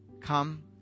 Come